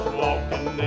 walking